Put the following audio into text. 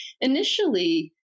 initially